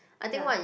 ya